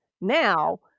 Now